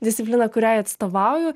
discipliną kuriai atstovauju